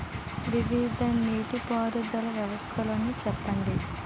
వివిధ నీటి పారుదల వ్యవస్థలను చెప్పండి?